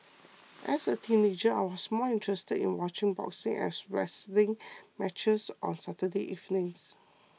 as a teenager I was more interested in watching boxing and wrestling matches on Saturday evenings